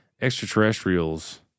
extraterrestrials